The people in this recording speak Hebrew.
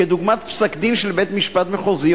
כדוגמת פסק-דין של בית-משפט מחוזי,